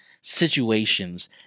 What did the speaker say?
situations